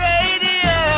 Radio